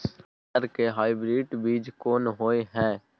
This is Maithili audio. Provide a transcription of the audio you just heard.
मटर के हाइब्रिड बीज कोन होय है?